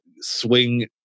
swing